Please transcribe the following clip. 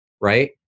Right